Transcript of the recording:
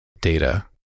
data